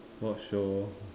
watch show